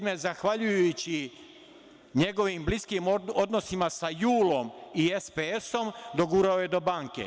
Godine 1997, zahvaljujući njegovim bliskim odnosima sa JUL-om i SPS-om, dogurao je do banke.